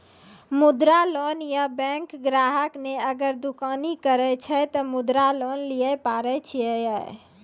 मुद्रा लोन ये बैंक ग्राहक ने अगर दुकानी करे छै ते मुद्रा लोन लिए पारे छेयै?